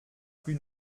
plus